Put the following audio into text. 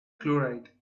chloride